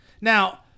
Now